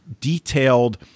detailed